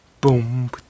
Boom